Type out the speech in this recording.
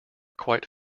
quite